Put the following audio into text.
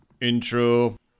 Intro